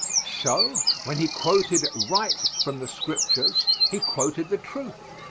so, when he quoted right from the scriptures he quoted the truth.